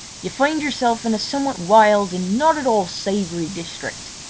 you find yourself in a somewhat wild and not at all savoury district.